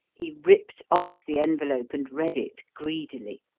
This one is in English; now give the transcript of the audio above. he ripped off the envelope and read it greedily.